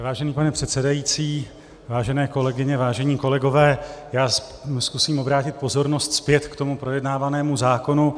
Vážený pane předsedající, vážené kolegyně, vážení kolegové, já zkusím obrátit pozornost zpět k projednávanému zákonu.